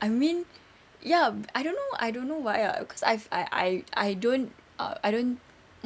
I mean ya I don't know I don't know why ah cause I've I I I don't err I don't